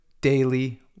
daily